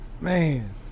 Man